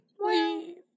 Please